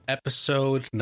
episode